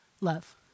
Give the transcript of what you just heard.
love